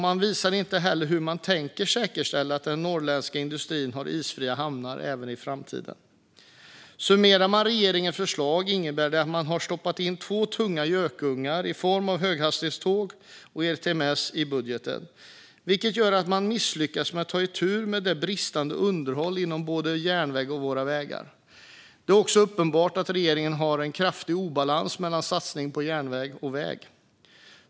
Man visar inte heller hur man tänker säkerställa att den norrländska industrin har isfria hamnar även i framtiden. Summerar vi regeringens förlag innebär det att man har stoppat in två tunga gökungar i form av höghastighetståg och ERTMS i budgeten, vilket gör att man misslyckas med att ta itu med det bristande underhållet inom både järnvägen och våra vägar. Det är också uppenbart att regeringen har en kraftig obalans mellan satsningar på järnväg och väg.